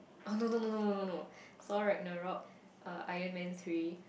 oh no no no no no no Thor-Ragnarok uh Iron-Man three